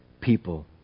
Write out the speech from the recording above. people